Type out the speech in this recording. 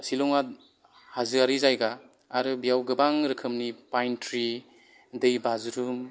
शिलंआ हाजोआरि जायगा आरो बेयाव गोबां रोखोमनि पाइन ट्रि दै बाज्रुम